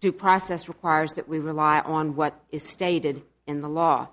due process requires that we rely on what is stated in the law